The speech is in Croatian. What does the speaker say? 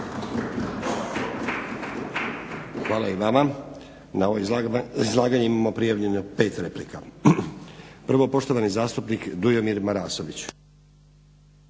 Hvala i vama. Na ovo izlaganje imamo prijavljeno pet replika. Prvo poštovani zastupnik Dujomir Marasović.